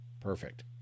Perfect